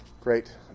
Great